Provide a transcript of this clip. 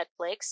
Netflix